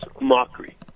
mockery